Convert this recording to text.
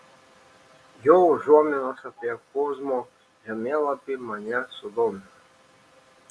jo užuominos apie kozmo žemėlapį mane sudomino